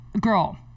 girl